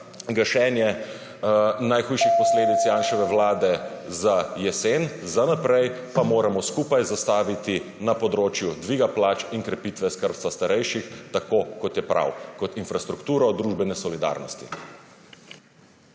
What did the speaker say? gašenje najhujših posledic Janševe vlade za jesen, za naprej pa moramo skupaj zastaviti na področju dviga plač in krepitve skrbstva starejših, tako kot je prav, kot infrastrukturo družbene solidarnosti.